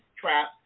trap